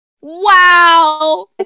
wow